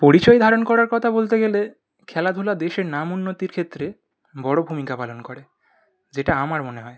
পরিচয় ধারণ করার কথা বলতে গেলে খেলাধুলা দেশের নাম উন্নতির ক্ষেত্রে বড়ো ভূমিকা পালন করে যেটা আমার মনে হয়